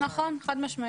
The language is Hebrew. נכון, חד משמעית.